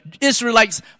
Israelites